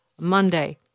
Monday